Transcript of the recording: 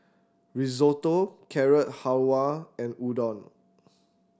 Risotto Carrot Halwa and Udon